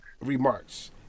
remarks